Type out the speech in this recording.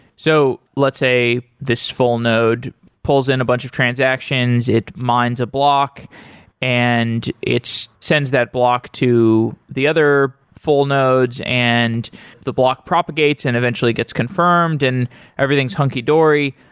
so let's say this full node pulls in a bunch of transactions, it mines a block and it sends that block to the other full nodes and the block propagates and eventually gets confirmed and everything is hunky dory,